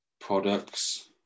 products